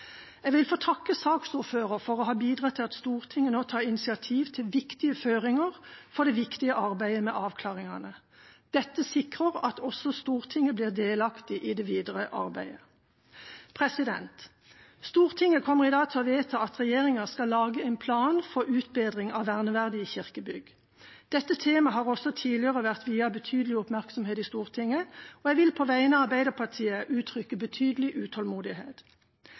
Jeg vil takke saksordføreren for å ha bidratt til at Stortinget nå tar initiativ til viktige føringer for det viktige arbeidet med avklaringene. Dette sikrer at også Stortinget blir delaktig i det videre arbeidet. Stortinget kommer i dag til å vedta at regjeringa skal lage en plan for utbedring av verneverdige kirkebygg. Dette temaet har også tidligere vært viet betydelig oppmerksomhet i Stortinget, og jeg vil på vegne av Arbeiderpartiet uttrykke betydelig utålmodighet.